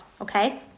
Okay